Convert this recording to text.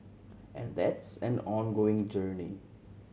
and that's an ongoing journey